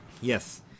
Yes